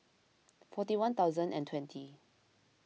forty one thousand and twenty